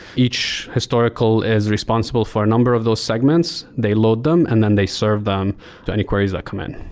each historical is responsible for a number of those segments. they load them and then they serve them to any queries that come in.